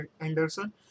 Anderson